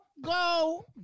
go